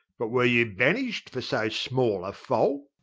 but were you banish'd for so small a fault?